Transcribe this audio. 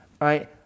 right